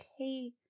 okay